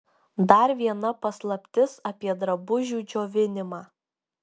dar viena paslaptis apie drabužių džiovinimą